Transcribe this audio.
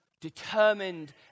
Determined